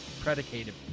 predicated